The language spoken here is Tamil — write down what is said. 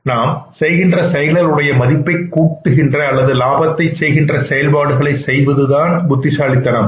நாம் செய்கின்ற செயல்களுக்கு உடைய மதிப்பைக் கூட்டுகின்றன அல்லது லாபத்தை செய்கின்ற செயல்பாடுகளை செய்வதுதான் புத்திசாலித்தனம்